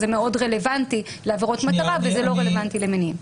שמאוד רלוונטית לעבירות מטרה ולא רלוונטית למניע.